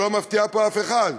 שלא מפתיעה פה אף אחד,